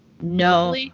no